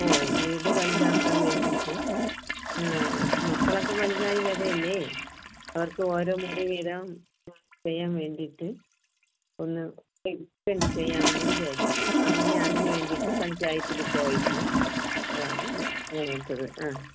ഓ ഓ വീട് വലുതാക്കാൻ വേണ്ടിയിട്ട് മക്കളൊക്കെ വലുതായി വരെയല്ലേ അവർക്ക് ഓരോ മുറി വീതം ചെയ്യാൻ വേണ്ടിട്ട് ഒന്ന് എക്സ്ടെൻഡ് ചെയ്യാമെന്ന് വിചാരിച്ചു അങ്ങനെ അതിനു വേണ്ടിട്ട് പഞ്ചായത്തിൽ പോയിരുന്നു അതാണ് അങ്ങനത്തത് ആ